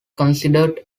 considered